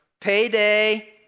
payday